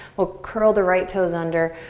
we'll curl the right toes under,